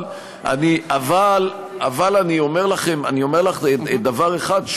אבל אני אומר לך דבר אחד,